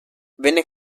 venne